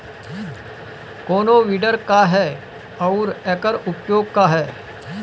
कोनो विडर का ह अउर एकर उपयोग का ह?